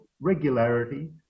regularity